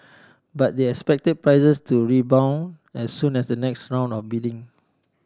but they expect prices to rebound as soon as the next round of bidding